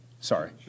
Sorry